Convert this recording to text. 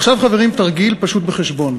עכשיו, חברים, תרגיל פשוט בחשבון: